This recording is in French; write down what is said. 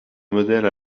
modèle